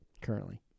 currently